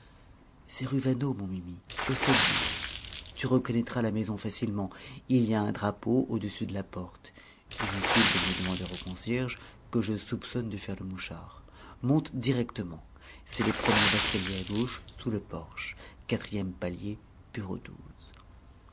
vaneau mon mimi au bis tu reconnaîtras la maison facilement il y a un drapeau au-dessus de la porte inutile de me demander au concierge que je soupçonne de faire le mouchard monte directement c'est le premier escalier à gauche sous le porche quatrième palier bureau